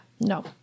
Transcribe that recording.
no